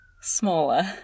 smaller